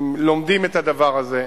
הם לומדים את הדבר הזה,